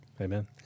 Amen